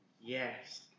Yes